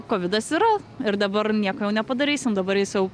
kovidas yra ir dabar nieko jau nepadarysim dabar is iau